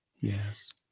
Yes